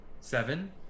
Seven